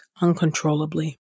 uncontrollably